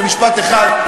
במשפט אחד,